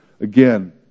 Again